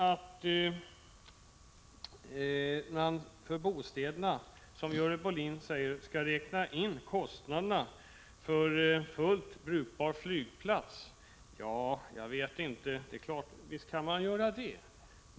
Görel Bohlin säger att man i kostnaderna för bostäderna skall räkna in kostnaderna för en fullt brukbar flygplats. Visst kan man göra det.